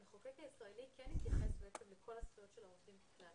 המחוקק הישראלי כן התייחס לכל הזכויות של העובדים בכלל.